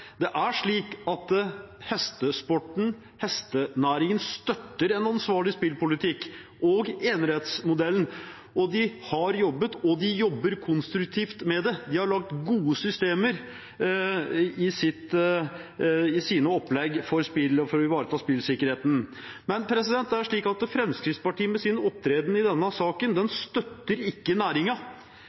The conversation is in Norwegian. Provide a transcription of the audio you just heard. enerettsmodellen, og de har jobbet og jobber konstruktivt med det. De har laget gode systemer i sine opplegg for spill og for å ivareta spillsikkerheten. Fremskrittspartiet støtter ikke næringen med sin opptreden i denne saken. Nå opptrer Fremskrittspartiet som en gjeng furtne unger som ikke